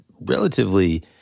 relatively